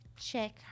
check